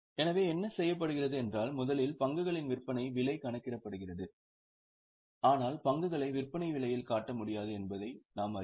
எனவே என்ன செய்யப்படுகிறது என்றால் முதலில் பங்குகளின் விற்பனை விலை கணக்கிடப்படுகிறது ஆனால் பங்குகளை விற்பனை விலையில் காட்ட முடியாது என்பதை நாம் அறிவோம்